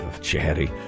Chatty